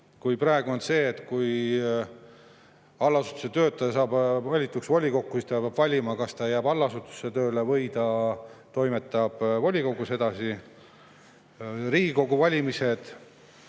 Praegu on nii, et kui allasutuse töötaja saab valituks volikokku, siis ta peab valima, kas ta jääb allasutusse tööle või ta toimetab volikogus. Riigikogu valimised